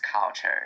culture